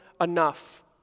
enough